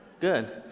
Good